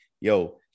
Yo